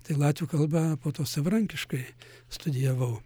tai latvių kalbą po to savarankiškai studijavau